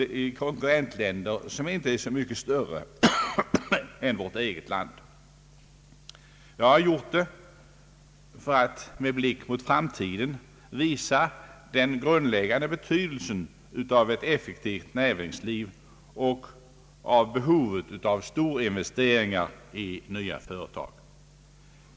Det är konkurrentländer som inte är mycket större än vårt eget land. Jag har gjort det för att med blick mot framtiden visa den grundläggande betydelsen av ett effektivt näringsliv och behovet av storinvesteringar i nya företag. 'Det förefaller ibland som : om höga vederbörande glömmer bort detta.